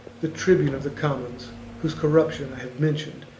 the tribune of the commons whose corruption i have mentioned,